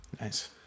Nice